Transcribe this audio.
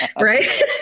right